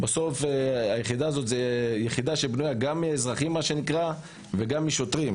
בסוף היחידה הזאת זו יחידה שבנויה גם מאזרחים וגם משוטרים,